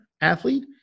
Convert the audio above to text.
athlete